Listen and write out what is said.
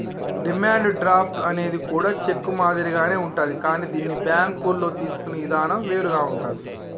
demand draft అనేది కూడా cheque మాదిరిగానే ఉంటాది కానీ దీన్ని బ్యేంకుల్లో తీసుకునే ఇదానం వేరుగా ఉంటాది